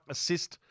Assist